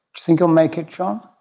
think they'll make it, sean?